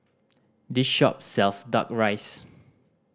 this shop sells Duck Rice